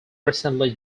recently